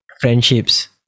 friendships